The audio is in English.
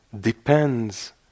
depends